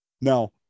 Now